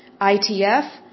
ITF